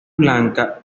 blanca